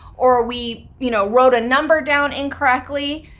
or we you know wrote a number down incorrectly.